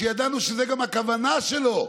כשידענו שזו גם הכוונה שלו,